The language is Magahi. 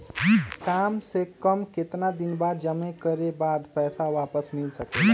काम से कम केतना दिन जमा करें बे बाद पैसा वापस मिल सकेला?